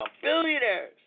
Billionaires